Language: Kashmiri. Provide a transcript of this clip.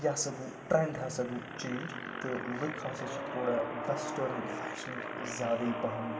یہِ ہَسا گوٚو ٹریٚنٛڈ ہَسا گوٚو چینٛج تہٕ لُکھ ہَسا چھِ تھوڑا ویٚسٹٲرٕن فیشنٕکۍ زیادَے پَہَم